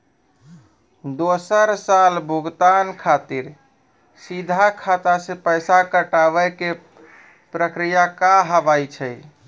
दोसर साल भुगतान खातिर सीधा खाता से पैसा कटवाए के प्रक्रिया का हाव हई?